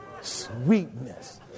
Sweetness